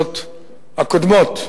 אף פעם.